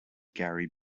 gary